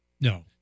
No